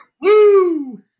Woo